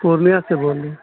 پورنیہ سے بول رہے ہیں